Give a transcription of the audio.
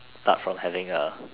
apart from having a